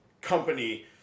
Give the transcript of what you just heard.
company